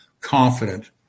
confident